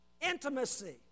Intimacy